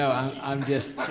i'm just